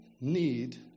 need